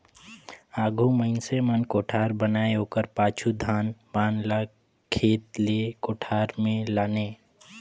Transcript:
आघु मइनसे मन कोठार बनाए ओकर पाछू धान पान ल खेत ले कोठार मे लाने